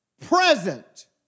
present